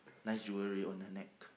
nice jewellery on her neck